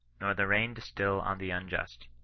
nor the rain distil on the unjust,